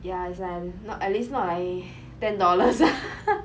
ya it's like not at least not like ten dollars ah